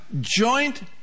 joint